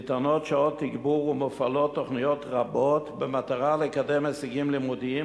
ניתנות שעות תגבור ומופעלות תוכניות רבות במטרה לקדם הישגים לימודיים,